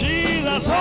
Jesus